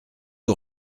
aux